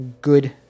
good